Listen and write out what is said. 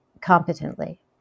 competently